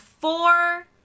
four